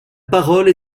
parole